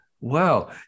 Wow